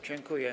Dziękuję.